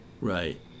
Right